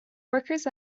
workers